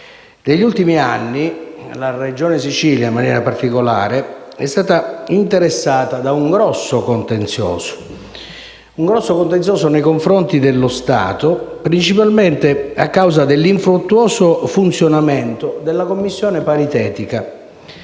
Negli ultimi anni la Regione Siciliana, in maniera particolare, è stata interessata da un grave contenzioso nei confronti dello Stato, principalmente a causa dell'infruttuoso funzionamento della Commissione paritetica